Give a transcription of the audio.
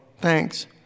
thanks